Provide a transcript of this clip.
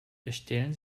erstellen